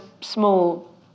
small